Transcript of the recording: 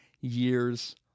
years